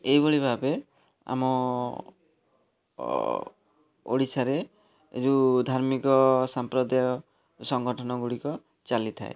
ଏଇଭଳି ଭାବେ ଆମ ଓଡ଼ିଶାରେ ଏଇ ଯେଉଁ ଧାର୍ମିକ ସମ୍ପ୍ରଦାୟ ସଂଗଠନଗୁଡ଼ିକ ଚାଲିଥାଏ